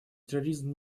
терроризм